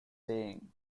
saying